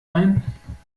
ein